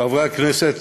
חברי הכנסת,